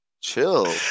chill